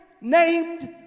named